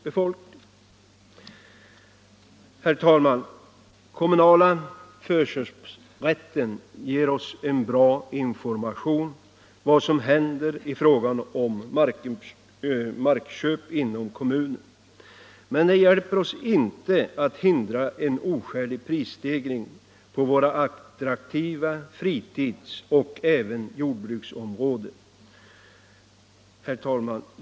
Den kommunala förköpsrätten ger oss en bra information om vad som händer i fråga om markköp inom kommunen, men lagen hjälper oss inte att hindra en oskälig prisstegring på våra attraktiva fritidsoch jordbruksområden. Herr talman!